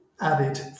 added